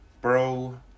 Bro